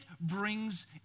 brings